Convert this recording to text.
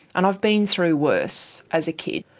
and i've been through worse, as a kid.